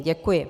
Děkuji.